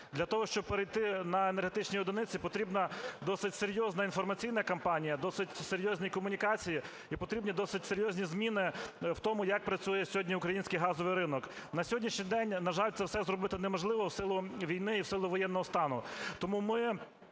для того, щоб перейти на енергетичні одиниці, потрібна досить серйозна інформаційна кампанія, досить серйозні комунікації і потрібні досить серйозні зміни в тому, як працює сьогодні український газовий ринок. На сьогоднішній день, на жаль, це все зробити неможливо в силу війни і в силу воєнного стану.